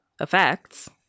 effects